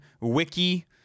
Wiki